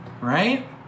right